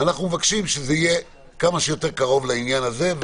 אנחנו מבקשים שזה יהיה כמה שיותר קרוב לעניין הזה,